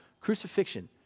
Crucifixion